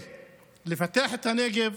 לפתח את הנגב,